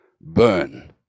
burn